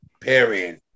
period